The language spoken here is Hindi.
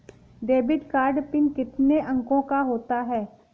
डेबिट कार्ड पिन कितने अंकों का होता है?